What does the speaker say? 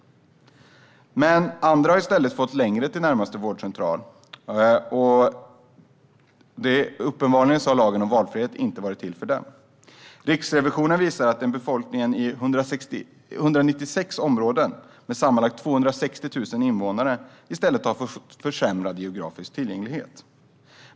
Men andra har i stället fått längre till närmaste vårdcentral. Lagen om valfrihet är uppenbarligen inte till för dem. Riksrevisionen visar att befolkningen i 196 områden med sammanlagt 260 000 invånare har fått en försämrad geografisk tillgänglighet.